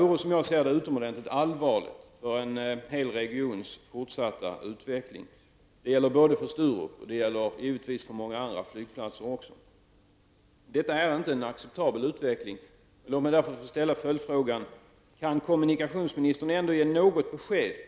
I en tidningsintervju säger den tillförordnade generaldirektören att ''vi menar att det är riktigt att prioritera Arlanda, som ju har riksintressant betydelse''.